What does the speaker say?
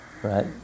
right